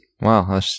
Wow